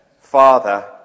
Father